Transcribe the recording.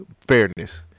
fairness